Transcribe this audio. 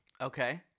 Okay